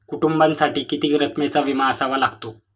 कुटुंबासाठी किती रकमेचा विमा असावा लागतो?